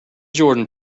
jordan